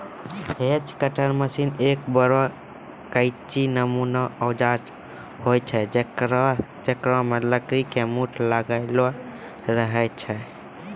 hedge cutter machine एक बड़ो कैंची नुमा औजार होय छै जेकरा मॅ लकड़ी के मूठ लागलो रहै छै